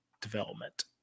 development